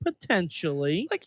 Potentially